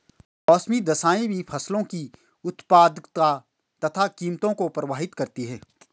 मौसमी दशाएं भी फसलों की उत्पादकता तथा कीमतों को प्रभावित करती है